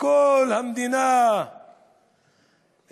בכל המדינה הזדהו,